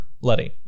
Letty